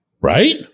Right